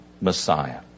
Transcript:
Messiah